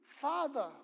father